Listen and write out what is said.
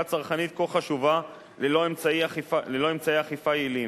צרכנית כה חשובה ללא אמצעי אכיפה יעילים.